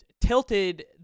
tilted